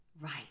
right